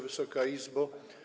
Wysoka Izbo!